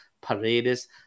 Paredes